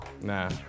Nah